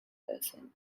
person